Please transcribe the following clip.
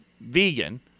vegan